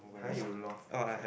then you lost the cap